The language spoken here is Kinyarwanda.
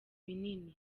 binini